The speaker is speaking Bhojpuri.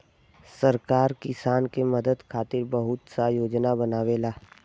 सरकार किसानन के मदद खातिर बहुत सा योजना बनावेला